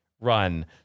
run